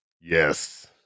Yes